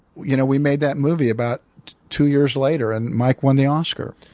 you know we made that movie about two years later, and mike won the oscar.